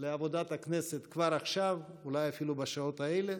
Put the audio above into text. לעבודת הכנסת כבר עכשיו ואולי אפילו בשעות האלה.